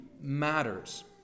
matters